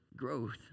growth